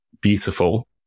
beautiful